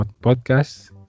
podcast